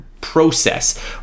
process